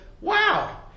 Wow